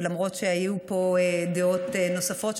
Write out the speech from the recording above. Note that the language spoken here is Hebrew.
ולמרות שהיו פה דעות נוספות,